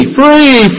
free